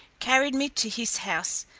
carried me to his house,